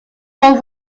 low